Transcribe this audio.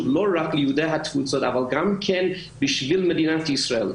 לא רק ליהודי התפוצות אלא גם למדינת ישראל.